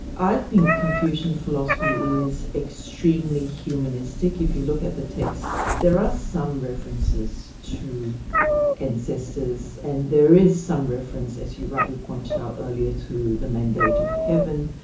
i think confucian philosophy is extremely humanistic. if you look at the texts there are some references to ancestors and there is some reference, as you rightly pointed out earlier, to the mandate of heaven,